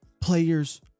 players